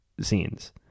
scenes